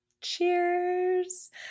Cheers